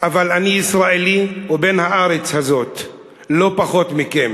אבל אני ישראלי ובן הארץ הזאת לא פחות מכם.